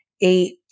Eight